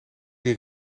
die